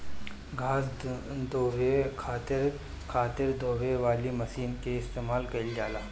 घास ढोवे खातिर खातिर ढोवे वाली मशीन के इस्तेमाल कइल जाला